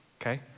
Okay